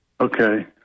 Okay